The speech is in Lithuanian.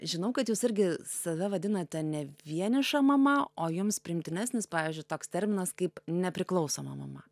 žinau kad jūs irgi save vadinate ne vieniša mama o jums priimtinesnis pavyzdžiui toks terminas kaip nepriklausoma mama